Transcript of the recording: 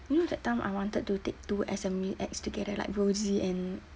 you know that time I wanted to take two S_M_U_X together like rosy and